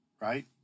right